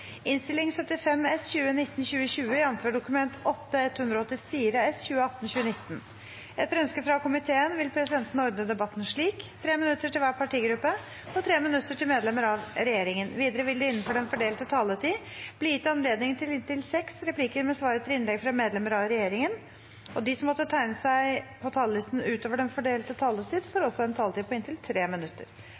minutter til medlemmer av regjeringen. Videre vil det – innenfor den fordelte taletid – bli gitt anledning til inntil seks replikker med svar etter innlegg fra medlemmer av regjeringen, og de som måtte tegne seg på talerlisten utover den fordelte taletid, får en taletid på inntil 3 minutter.